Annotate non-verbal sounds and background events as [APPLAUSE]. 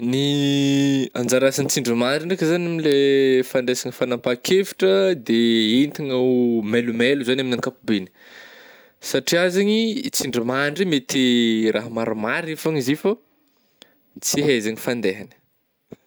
Ny [HESITATION] anjara asan'ny tsindrimandry ndraiky zany amin'le fandraisagna fagnampahan-kevitra de entigna ho mailomailo zany amin'ny ankapobegny satria zegny tsindrimandry ih mety raha marimarigny fô izy igny, fô tsy kay ze fandehagny.